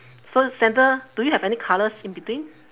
so center do you have any colours in between